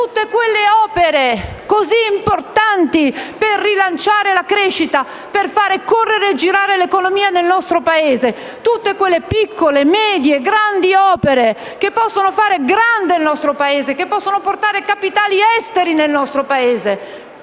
tutte quelle opere così importanti per rilanciare la crescita, per fare correre e far girare l'economia nel nostro Paese. Tutte quelle piccole, medie e grandi opere che possono fare grande il nostro Paese e che possono portare capitali esteri nel nostro Paese.